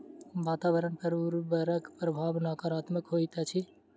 वातावरण पर उर्वरकक प्रभाव नाकारात्मक होइत अछि